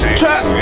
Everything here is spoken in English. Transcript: trap